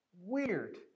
Weird